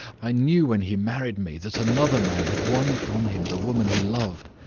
i knew when he married me that another man had won from him the woman he loved.